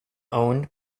owned